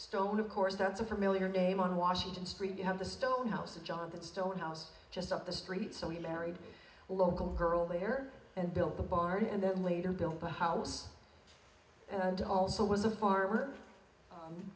stone of course that's a familiar name on washington street you have the stone house and john that stone house just up the street so he married a local girl there and built the barn and then later built the house and also was a farmer